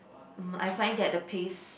mm I find that the pace